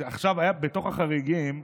עכשיו, בתוך החריגים,